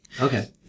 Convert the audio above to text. Okay